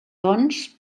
doncs